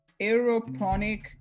aeroponic